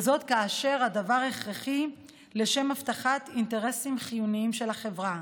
וזאת כאשר הדבר הכרחי לשם הבטחת אינטרסים חיוניים של החברה.